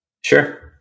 Sure